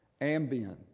Ambien